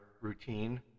routine